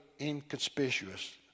inconspicuous